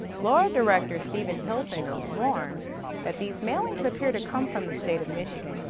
lara director steven hilfinger warns that these mailings appear to come from the state of michigan,